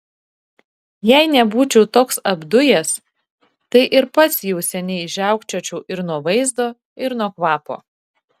jei nebūčiau toks apdujęs tai ir pats jau seniai žiaukčiočiau ir nuo vaizdo ir nuo kvapo